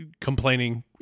complaining